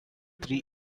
three